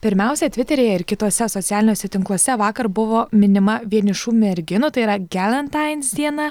pirmiausia tviteryje ir kituose socialiniuose tinkluose vakar buvo minima vienišų merginų tai yra gelentains diena